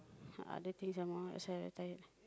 other things some more that's why I very tired